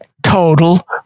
total